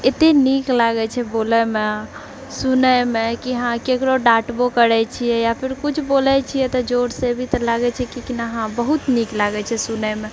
एते नीक लागै छै बोलैमे सुनैमे कि हँ केकरो डाँटबो करै छियै या फिर किछु बोलै छियै तऽ जोरसँ भी तऽ कि लागै छै कि हँ बहुत नीक लागै छै सुनैमे